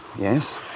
Yes